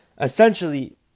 essentially